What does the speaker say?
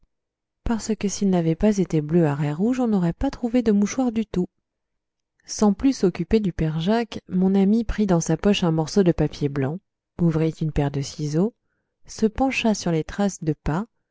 parce que s'il n'avait pas été bleu à raies rouges on n'aurait pas trouvé de mouchoir du tout sans plus s'occuper du père jacques mon ami prit dans sa poche un morceau de papier blanc ouvrit une paire de ciseaux se pencha sur les traces de pas